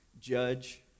judge